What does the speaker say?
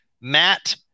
Matt